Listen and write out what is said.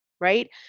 Right